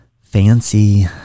fancy